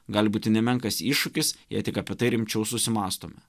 gali būti nemenkas iššūkis jie tik apie tai rimčiau susimąstome